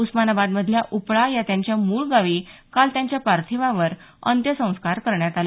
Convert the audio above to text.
उस्मानाबादमधल्या उपळा या त्यांच्या मूळ गावी काल त्यांच्या पार्थिवावर अंत्यसंस्कार करण्यात आले